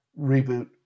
reboot